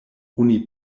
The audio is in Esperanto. oni